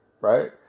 right